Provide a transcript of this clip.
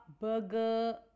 burger